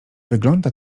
wygląda